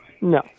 No